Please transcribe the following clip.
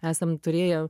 esam turėję